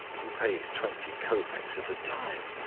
he pays twenty kopeks at a time!